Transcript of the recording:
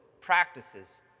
practices